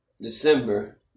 December